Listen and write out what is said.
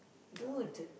dude